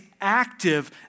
active